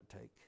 take